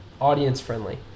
audience-friendly